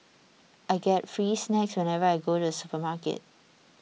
I get free snacks whenever I go to the supermarket